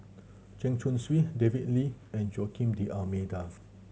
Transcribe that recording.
Chen Chong Swee David Lee and Joaquim D'Almeida